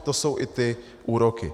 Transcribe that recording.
To jsou i ty úroky.